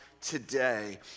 today